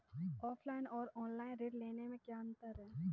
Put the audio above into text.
Offline और online ऋण लेने में क्या अंतर है?